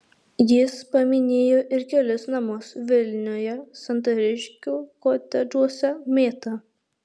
jis paminėjo ir kelis namus vilniuje santariškių kotedžuose mėta